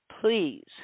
please